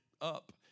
up